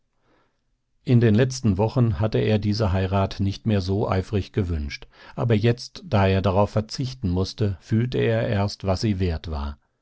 in den letzten wochen hatte er diese heirat nicht mehr so eifrig gewünscht aber jetzt da er darauf verzichten mußte fühlte er erst was sie wert war